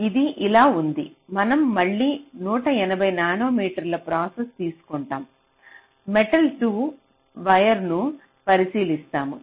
ఇది ఇలా ఉంది మనం మళ్ళీ 180 నానోమీటర్ ప్రాసెస్ తీసుకుంటాం మెటల్ 2 వైర్ ను పరిశీలిస్తాము